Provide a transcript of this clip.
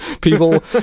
people